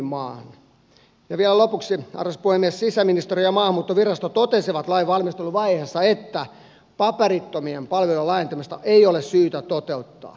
ja vielä lopuksi arvoisa puhemies sisäministeriö ja maahanmuuttovirasto totesivat lainvalmisteluvaiheessa että paperittomien palvelujen laajentamista ei ole syytä toteuttaa